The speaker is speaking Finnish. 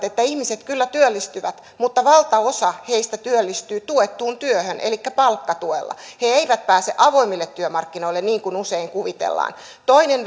että ihmiset kyllä työllistyvät mutta valtaosa heistä työllistyy tuettuun työhön elikkä palkkatuella he eivät pääse avoimille työmarkkinoille niin kuin usein kuvitellaan toinen